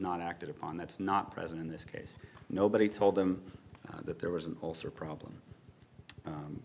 not acted upon that's not present in this case nobody told them that there was an ulcer problem